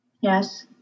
Yes